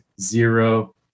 zero